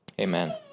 Amen